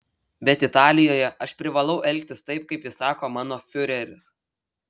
bet italijoje aš privalau elgtis taip kaip įsako mano fiureris